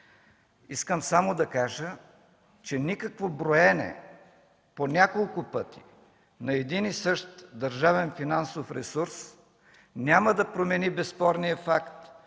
Искам само да кажа, че никакво броене по няколко пъти на един и същ държавен финансов ресурс няма да промени безспорния факт,